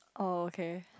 oh okay